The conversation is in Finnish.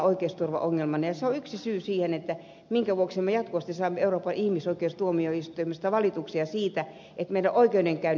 se on myös yksi syy siihen minkä vuoksi me jatkuvasti saamme euroopan ihmisoikeustuomioistuimesta valituksia siitä että meidän oikeudenkäyntimme pitenevät